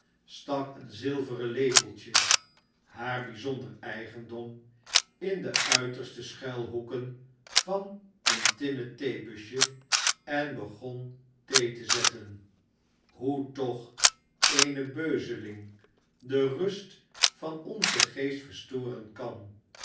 stak een zilveren lepeltje haar bijzonder eigendom in de uiterste schuilhoeken van een tinnen theebusje en begon thee te zetten hoe toch eene beuzeling de rust van onzen geest verstoren kan